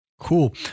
Cool